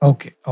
Okay